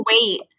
wait